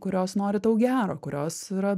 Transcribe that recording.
kurios nori tau gero kurios yra